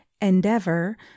endeavor